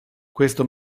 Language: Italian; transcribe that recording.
questo